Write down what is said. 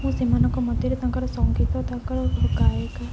ମୁଁ ସେମାନଙ୍କ ମଧ୍ୟରେ ତାଙ୍କର ସଙ୍ଗୀତ ତାଙ୍କର ଗାୟକ